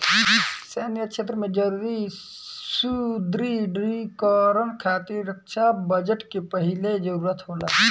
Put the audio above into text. सैन्य क्षेत्र में जरूरी सुदृढ़ीकरन खातिर रक्षा बजट के पहिले जरूरत होला